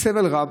סבל רב,